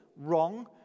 wrong